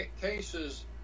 Cases